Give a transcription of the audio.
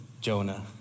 Jonah